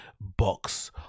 box